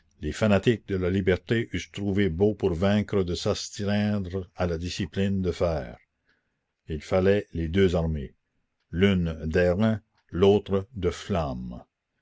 les fanatiques de la liberté eussent trouvé beau pour vaincre de s'astreindre à la discipline de fer il fallait les deux armées l'une d'airain l'autre de flamme